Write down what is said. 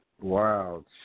Wow